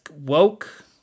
woke